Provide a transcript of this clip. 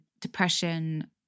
depression